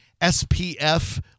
SPF